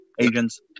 agents